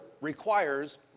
requires